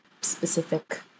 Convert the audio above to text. specific